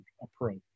approach